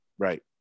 Right